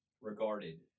regarded